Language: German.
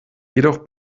jedoch